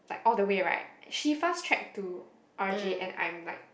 all the way right she fast track to R_J and I'm like